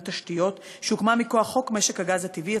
תשתיות שהוקמה מכוח חוק משק הגז הטבעי,